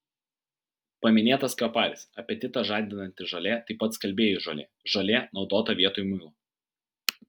paminėtas kaparis apetitą žadinanti žolė taip pat skalbėjų žolė žolė naudota vietoj muilo